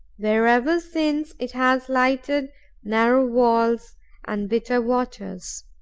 where ever since it has lighted narrow walls and bitter waters.